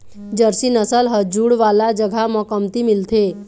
Jersey नसल ह जूड़ वाला जघा म कमती मिलथे